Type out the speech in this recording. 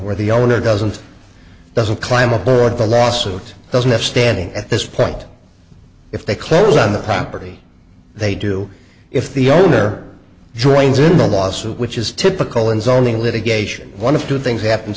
where the owner doesn't doesn't climb aboard the lawsuit doesn't have standing at this point if they clearly on the property they do if the owner joins in the lawsuit which is typical is only litigation one of two things happens